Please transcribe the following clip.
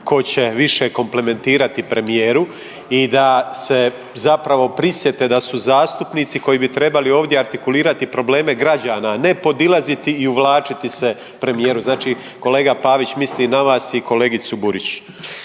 ko će više komplementirati premijeru i da se zapravo prisjete da su zastupnici koji bi trebali ovdje artikulirati probleme građana, ne podilaziti i uvlačiti se premijeru, znači kolega Pavić misli na vas i kolegicu Burić.